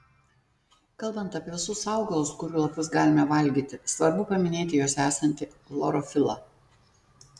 kalbant apie visus augalus kurių lapus galime valgyti svarbu paminėti juose esantį chlorofilą